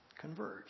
converge